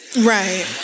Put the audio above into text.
Right